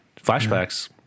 Flashbacks